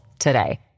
today